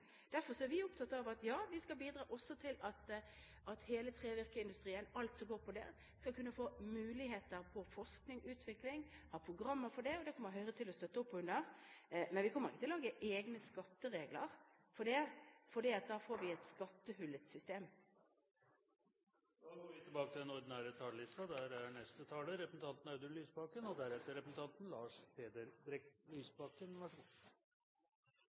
Derfor er vi opptatt av å bidra til at også hele trevirkeindustrien, alt som går på det, skal kunne få muligheter til forskning og utvikling og ha programmer for det. Det kommer Høyre til å støtte opp under. Men vi kommer ikke til å lage egne skatteregler for det, for da får vi et skattehull i et system. Replikkordskiftet er omme. Syv år med rød-grønt styre og SV i regjering har forandret Norge. Forskjellene har gått ned, sysselsettingen har gått opp, ambisjonene i klimapolitikken er økt betydelig, jernbaneinvesteringene er historisk høye, og